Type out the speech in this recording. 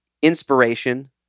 inspiration